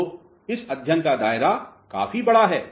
तो इस अध्ययन का दायरा काफी बड़ा है